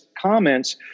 comments